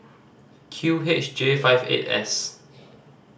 Q H J five eight S